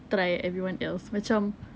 try everyone else macam